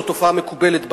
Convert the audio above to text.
זו תופעה מקובלת בארץ,